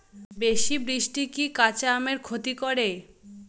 বেশি বৃষ্টি কি কাঁচা আমের ক্ষতি করে?